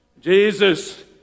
Jesus